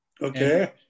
Okay